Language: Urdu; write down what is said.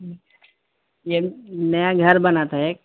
یہ نیا گھر بنا تھا ایک